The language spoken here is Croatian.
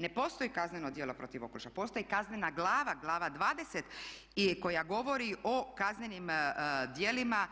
Ne postoji kazneno djelo protiv okoliša, postoji kaznena glava, glava 20. koja govori o kaznenim djelima